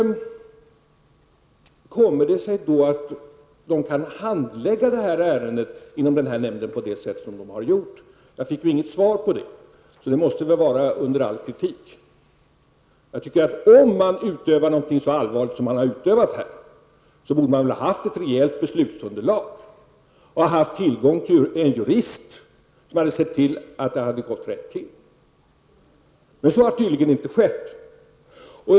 Hur kommer det sig att man inom vigselnämnden kan handlägga det här ärendet på det sätt som man har gjort? Jag har inte fått något svar på den frågan. Därför utgår jag från att det här är under all kritik. Om man utövar någonting som har ett så allvarligt syfte som i det här sammanhanget, borde det väl finnas ett rejält beslutsunderlag. Man borde alltså ha haft tillgång till en jurist som sett till att allt gick rätt till. Men så har det tydligen inte gått till.